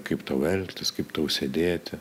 kaip tau elgtis kaip tau sėdėti